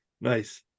nice